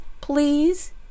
please